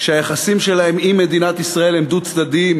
שהיחסים שלהם עם מדינת ישראל הם דו-צדדיים.